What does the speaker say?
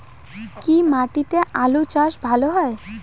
কি মাটিতে আলু চাষ ভালো হয়?